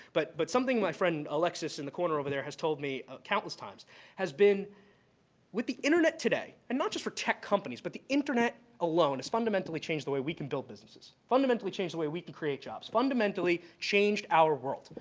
but but something my friend, alexis in the corner over there, has told me countless times has been with the internet today and not just for tech companies, but the internet alone has fundamentally changed the way we can build businesses, fundamentally changed the way we can create jobs, fundamentally changed our world,